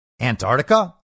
Antarctica